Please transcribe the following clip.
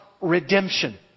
redemption